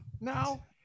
now